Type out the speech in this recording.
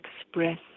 express